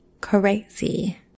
crazy